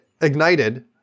ignited